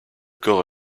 corps